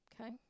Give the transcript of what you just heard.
okay